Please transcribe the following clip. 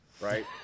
Right